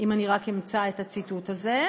אם אני רק אמצא את הציטוט הזה.